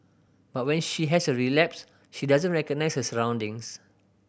but when she has a relapse she doesn't recognise her surroundings